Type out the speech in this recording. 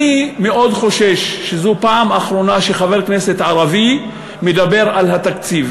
אני מאוד חושש שזו הפעם האחרונה שחבר כנסת ערבי מדבר על התקציב,